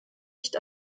nicht